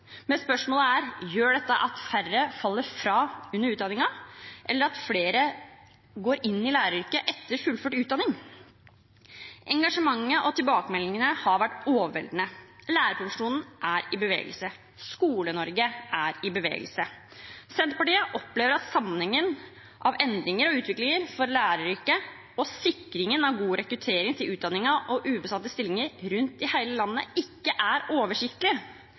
Men spørsmålet er: Gjør dette at færre faller fra under utdanningen, eller at flere går inn i læreryrket etter fullført utdanning? Engasjementet og tilbakemeldingene har vært overveldende. Lærerprofesjonen er i bevegelse. Skole-Norge er i bevegelse. Senterpartiet opplever at sammenhengen mellom endring og utvikling for læreryrket og sikring av god rekruttering til utdanningen og ubesatte stillinger rundt i hele landet ikke er oversiktlig.